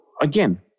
again